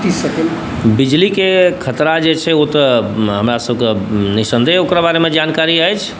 बिजलीके खतरा जे छै ओ तऽ हमरासबके निस्सन्देह ओकरा बारेमे जानकारी अछि